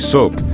Soap